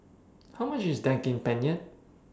How much IS Daging Penyet